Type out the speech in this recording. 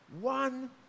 One